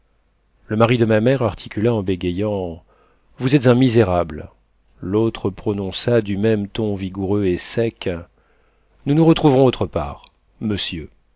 le mari de ma mère articula en bégayant vous êtes un misérable l'autre prononça du même ton vigoureux et sec nous nous retrouverons autre part monsieur